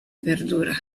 perdura